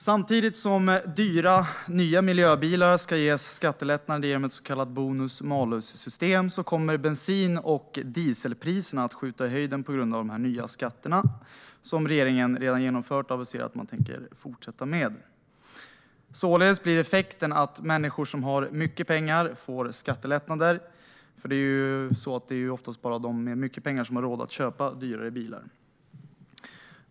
Samtidigt som nya dyra miljöbilar ska ges skattelättnader genom ett så kallat bonus-malus-system kommer bensin och dieselpriserna att skjuta i höjden på grund av de nya skatter som regeringen redan har genomfört och har aviserat att man tänker fortsätta genomföra. Således blir effekten att människor som har mycket pengar får skattelättnader, för det är oftast bara de med mycket pengar som har råd att köpa dyrare bilar.